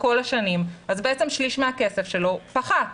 כל השנים אז בעצם שליש מהכסף שלו פחת.